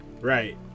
Right